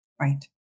right